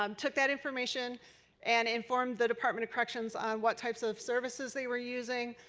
um took that information and informed the department of corrections on what types of services they were using.